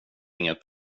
inget